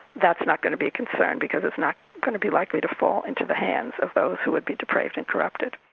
that's not going to be a concern because it's not going to be likely to fall into the hands of those who would be depraved and corrupted.